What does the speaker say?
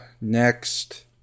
next